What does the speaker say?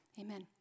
Amen